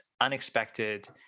unexpected